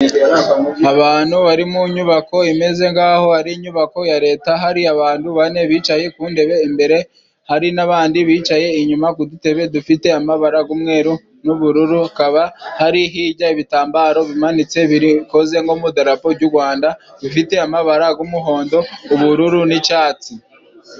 Abantu bari mu nyubako imeze nk'aho ari inyubako ya leta, hari abantu bane bicaye ku ntebe imbere hari n'abandi bicaye inyuma ku dutebe dufite amabara g'umweru n'ubururu, hakaba hari hijya ibitambaro bimanitse bikoze nko mu dorapo jy'u Rwanda, bifite amabara g'umuhondo, ubururu n'icatsi.